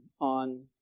on